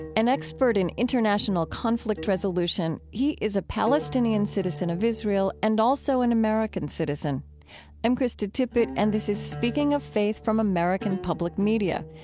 an expert in international conflict resolution, he is a palestinian citizen of israel and also an american citizen i'm krista tippett and this is speaking of faith from american public media.